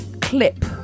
clip